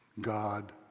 God